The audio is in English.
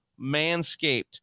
Manscaped